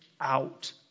out